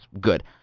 good